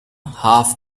half